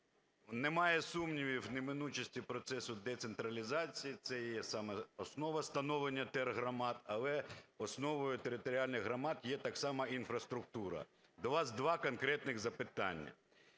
Немає сумнівів в неминучості процесу децентралізації, це і є саме основа становлення тергромад. Але основою територіальних громад є так само і інфраструктура. До вас два конкретних запитання.